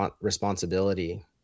responsibility